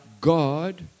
God